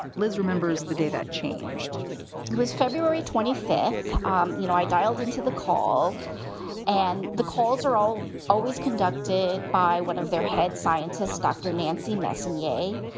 liz remembers the day that changed it was february twenty six. um you know, i dialed into the call and the calls are all always conducted by one of their head scientists, dr. nancy masson. yay!